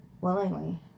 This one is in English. Willingly